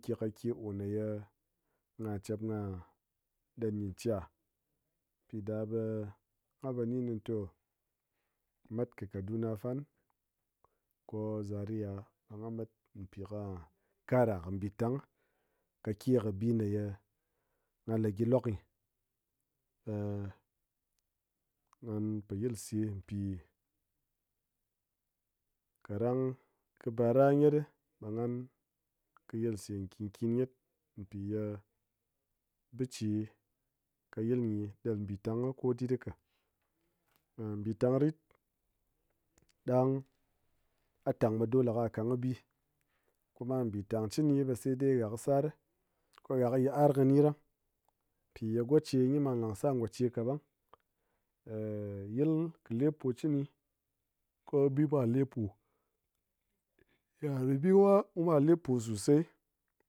o na ya chep gha ɗen nyi cha mpi ɗa ɓe ghan po ni né ntó mat kɨ kaduna fan ko zaria ɓa gha mat mpi ko ka kara mbitáng kákek kɨ bi néye gha le gyi lok ghan po yilse mpi káɗang kɨ bar a nyet ɓe ghan kɨ yelse nkyin nkyin nyet mpiye biche kɨ yilnyi ɗel mbitang ko dyit ka mbitang rit ɗang a tang ɓe dole ka kang kɨ bi, kuma nbitang chɨni ɓɨ saidai gha kɨ sar, ko ghá kɨ yit'ar kɨ nyi ɗang mpiye goche nyi man lang sar gocheka ɓang yil kɨ lepo chɨni ko bimwa lepo yit'ar bimwa mwá lepo sosai